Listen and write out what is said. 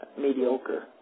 mediocre